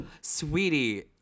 Sweetie